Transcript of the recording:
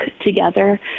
together